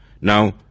Now